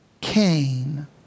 Cain